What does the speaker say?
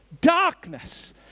darkness